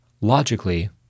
logically